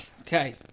Okay